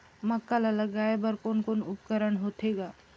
मक्का ला लगाय बर कोने कोने उपकरण होथे ग?